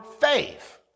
faith